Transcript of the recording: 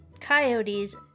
coyotes